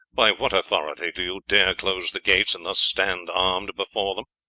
by what authority do you dare close the gates and thus stand armed before them?